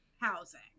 housing